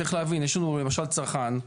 צריך להבין, יש לנו למשל צרכן.